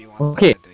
Okay